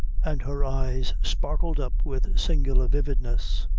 and her eyes sparkled up with singular vividness.